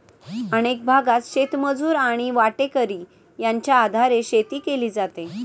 अनेक भागांत शेतमजूर आणि वाटेकरी यांच्या आधारे शेती केली जाते